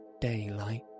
daylight